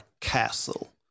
castle